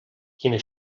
quina